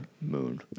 moon